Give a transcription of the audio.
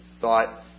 thought